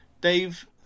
Dave